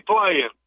playing